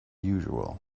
usual